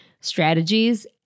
strategies